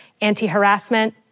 anti-harassment